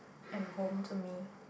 and home to me